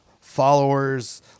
followers